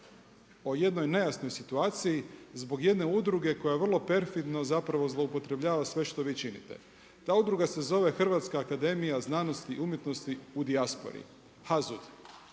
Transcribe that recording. o jednoj nejasnoj situaciji, zbog jedne udruge koja vrlo perfidno zapravo zloupotrebljava sve što vi činite. Ta udruga se zove Hrvatska akademija znanosti, umjetnosti u dijaspori, HAZUD.